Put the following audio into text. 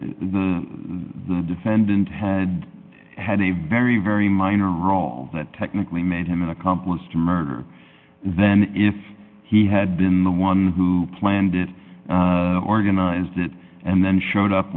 s the defendant had had a very very minor role that technically made him an accomplice to murder then if he had been the one who planned it organized it and then showed up